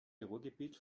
ruhrgebiet